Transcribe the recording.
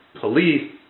police